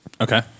Okay